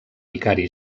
vicari